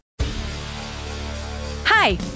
Hi